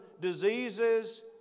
diseases